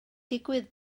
digwydd